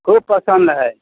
खूब पसन्द है